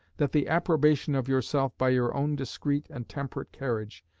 that the approbation of yourself by your own discreet and temperate carriage,